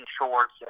shorts